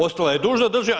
Ostala je dužna državi.